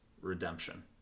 redemption